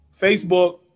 Facebook